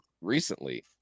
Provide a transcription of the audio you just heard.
recently